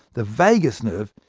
the vagus nerve,